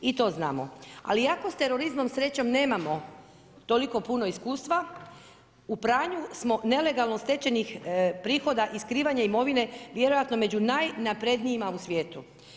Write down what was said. I to znamo, ali iako sa terorizmom srećom nemamo toliko puno iskustva, u pranju smo nelegalno stečenih prihoda i skrivanje imovine vjerojatno među najnaprednijima u svijetu.